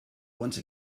once